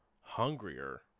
hungrier